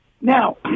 Now